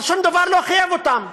אבל שום דבר לא חייב אותם.